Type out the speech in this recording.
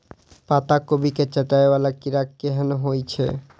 पत्ता कोबी केँ चाटय वला कीड़ा केहन होइ छै?